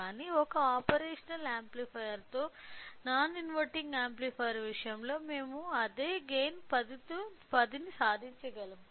కాని ఒకే ఆపరేషనల్ యాంప్లిఫైయర్తో నాన్ ఇన్వెర్టింగ్ యాంప్లిఫైయర్ విషయంలో మేము అదే గైన్ 10 ను సాధించగలము